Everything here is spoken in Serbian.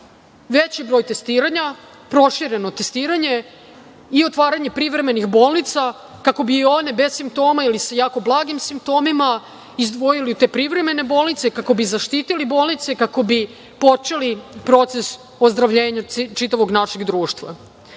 Veći broj testiranja, prošireno testiranje i otvaranje privremenih bolnica, kako bi one bez simptoma ili sa jako blagim simptomima izdvojili te privremene bolnice kako bi zaštitili bolnice, kako bi počeli proces ozdravljenja čitavog našeg društva. Sa